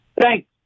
Thanks